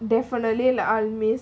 definitely like I'll miss